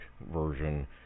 version